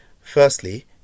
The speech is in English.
Firstly